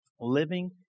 living